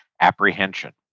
apprehension